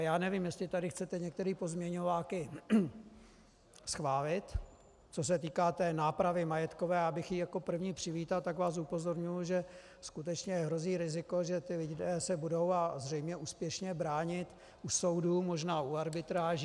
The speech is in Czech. Já nevím, jestli tady chcete některé pozměňováky schválit, co se týká té nápravy majetkové, já bych ji jako první přivítal, tak vás upozorňuji, že skutečně hrozí riziko, že ti lidé se budou, a zřejmě úspěšně, bránit u soudů, možná u arbitráží.